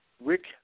Rick